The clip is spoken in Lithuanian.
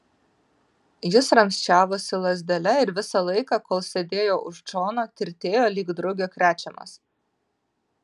jis ramsčiavosi lazdele ir visą laiką kol sėdėjo už džono tirtėjo lyg drugio krečiamas